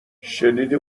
شنیدی